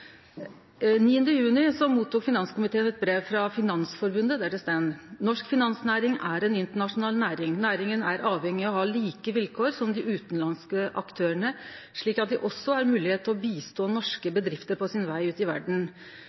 9. juni fekk finanskomiteen eit brev frå Finansforbundet, der det står: «Norsk finansnæring er en internasjonal næring. Næringen er avhengig av å ha like vilkår som de utenlandske aktørene, slik at de også har mulighet til å bistå norske bedrifter på sin vei ut i verden.